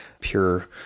pure